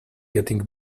getting